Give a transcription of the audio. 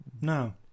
No